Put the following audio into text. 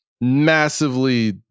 massively